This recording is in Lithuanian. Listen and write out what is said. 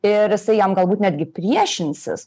ir jisai jam galbūt netgi priešinsis